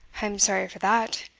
i'm sorry for that,